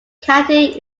county